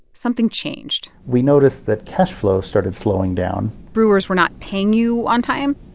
something changed we noticed that cash flow started slowing down brewers were not paying you on time?